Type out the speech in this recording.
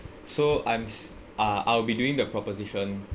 so I'm s~ uh I'll be doing the proposition